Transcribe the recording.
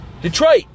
Detroit